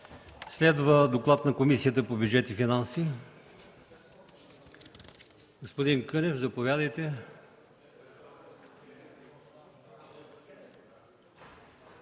Следва доклад на Комисията по бюджет и финанси. Господин Кънев, заповядайте.